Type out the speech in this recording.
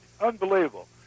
unbelievable